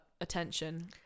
attention